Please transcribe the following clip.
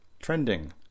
trending